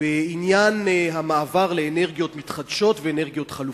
בעניין המעבר לאנרגיות מתחדשות ואנרגיות חלופיות.